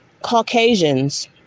caucasians